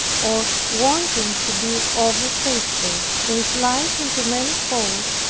or wanting to be over-faithful, they slide into many faults,